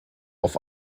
auf